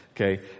Okay